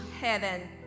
heaven